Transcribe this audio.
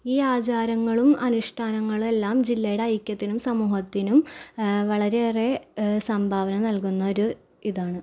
ഈ ആചാരങ്ങളും അനുഷ്ഠാനങ്ങളുമെല്ലാം ജില്ലയുടെ ഐക്യത്തിനും സമൂഹത്തിനും വളരെയേറെ സംഭാവന നൽകുന്ന ഒരു ഇതാണ്